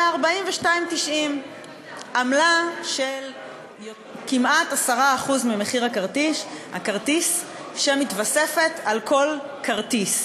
אלא 42.90. עמלה של כמעט 10% ממחיר הכרטיס שמתווספת על כל כרטיס.